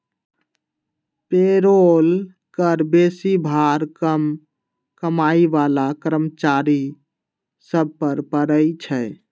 payroll कर बेशी भार कम कमाइ बला कर्मचारि सभ पर पड़इ छै